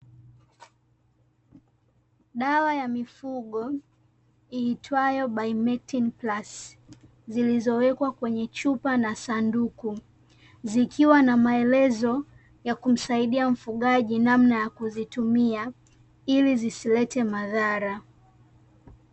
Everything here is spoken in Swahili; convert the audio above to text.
Dawa ya mifugo iitwayo Bimectin plus zilizowekwa kwenye chupa na sanduku, zikiwa na maelezo ya kumsaidia mfugaji namna ya kuzitumia ili zisilete madhara.